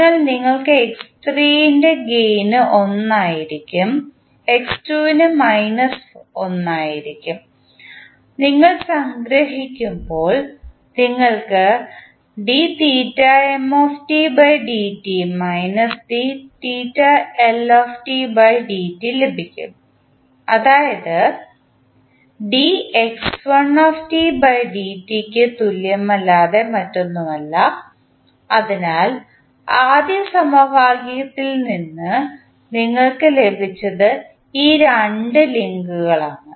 അതിനാൽ x3 ന് gain 1 ആയിരിക്കും x2 ന് മൈനസ് 1 ആയിരിക്കും നിങ്ങൾ സംഗ്രഹിക്കുമ്പോൾ നിങ്ങൾക്ക് ലഭിക്കും അതായത് ന് തുല്യമല്ലാതെ മറ്റൊന്നുമില്ല അതിനാൽ ആദ്യ സമവാക്യത്തിൽ നിന്ന് നിങ്ങൾക്ക് ലഭിച്ചത് ഈ രണ്ട് ലിങ്കുകളാണ്